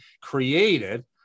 created